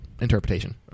interpretation